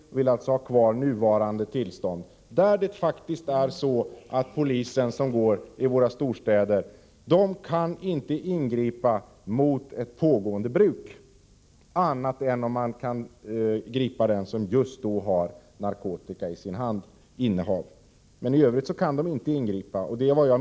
Den vill ha kvar det nuvarande tillståndet, vilket faktiskt innebär att polisen i våra storstäder inte kan ingripa mot ett pågående bruk, annat än om man kan gripa den som just då har narkotika i sin hand. I övrigt kan polisen inte ingripa.